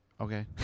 Okay